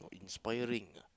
inspiring